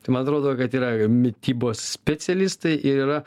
tai man atrodo kad yra mitybos specialistai ir yra